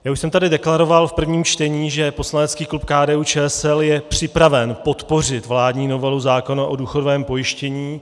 Už jsem tady deklaroval v prvním čtení, že poslanecký klub KDUČSL je připraven podpořit vládní novelu zákona o důchodovém pojištění.